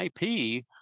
IP